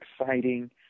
exciting